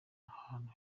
ahantu